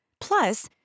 plus